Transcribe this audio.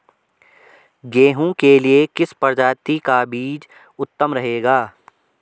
गेहूँ के लिए किस प्रजाति का बीज उत्तम रहेगा?